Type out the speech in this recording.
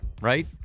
right